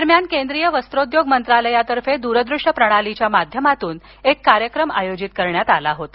दरम्यान केंद्रीय वस्त्रोद्योग मंत्रालयातर्फे दूरदृश्य प्रणालीच्या माध्यमातून कार्यक्रम आयोजित करण्यात आला होता